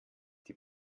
die